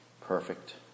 perfect